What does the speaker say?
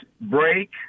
break